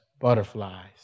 butterflies